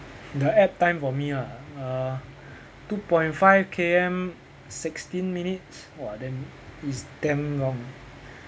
the app time for me lah uh two point five K_M sixteen minutes !wah! damn it's damn long